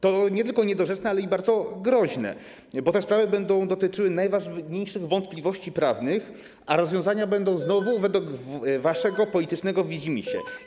To nie tylko niedorzeczne, ale i bardzo groźne, bo te sprawy będą dotyczyły najważniejszych wątpliwości prawnych, a rozwiązania będą znowu według waszego politycznego widzimisię.